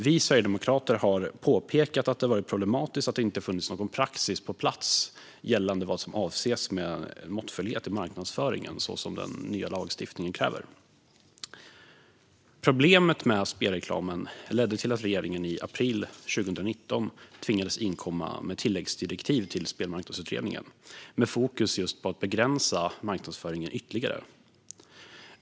Vi sverigedemokrater har påpekat att det har varit problematiskt att det inte har funnits någon praxis på plats gällande vad som avses med måttfullhet i marknadsföringen så som den nya lagstiftningen kräver. Problemet med spelreklamen ledde till att regeringen i april 2019 tvingades inkomma med tilläggsdirektiv till Spelmarknadsutredningen med fokus just på att begränsa marknadsföringen ytterligare.